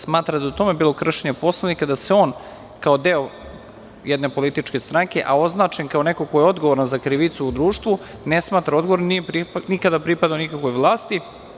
Smatra da je u tome bilo kršenja Poslovnika, da se on kao deo jedne političke stranke, a označen kao neko ko je odgovoran za krivicu u društvu, ne smatra odgovornim jer nije nikada pripadao nikakvoj vlasti.